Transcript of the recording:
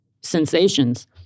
sensations